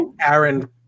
Aaron